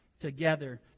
together